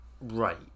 Right